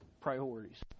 priorities